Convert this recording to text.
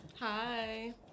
hi